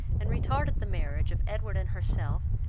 and retarded the marriage, of edward and herself,